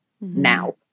now